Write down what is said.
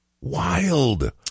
Wild